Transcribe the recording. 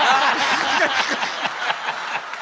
i